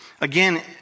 Again